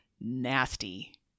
nasty